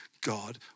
God